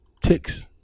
ticks